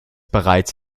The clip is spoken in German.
bereits